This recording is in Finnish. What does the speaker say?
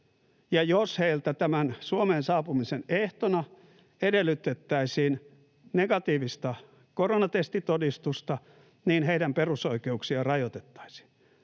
ja jos heiltä tämän Suomeen saapumisen ehtona edellytettäisiin negatiivista koronatestitodistusta, niin heidän perusoikeuksiaan rajoitettaisiin?